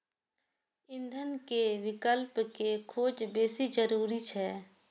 ईंधन के विकल्प के खोज बेसी जरूरी छै